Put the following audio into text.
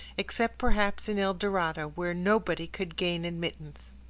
except perhaps in el dorado, where nobody could gain admittance.